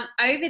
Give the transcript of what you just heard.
Over